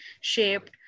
shaped